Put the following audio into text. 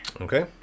Okay